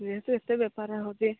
ଯେହେତୁ ଏତେ ବେପାର ହେଉଛି